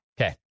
Okay